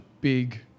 big